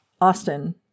Austin